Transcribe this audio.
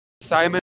Simon